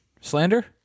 Slander